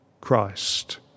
Christ